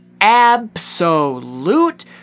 absolute